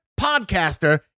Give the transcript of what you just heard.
podcaster